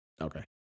Okay